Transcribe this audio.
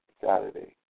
Saturday